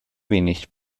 wenig